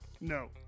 No